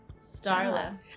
Starla